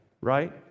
right